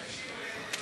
איתן כבל,